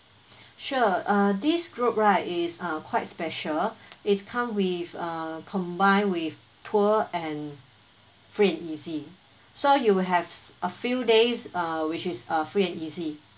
sure uh this group right is uh quite special it's come with uh combined with tour and free and easy so you will have a few days uh which is uh free and easy